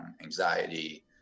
anxiety